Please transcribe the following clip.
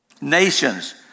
nations